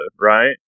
Right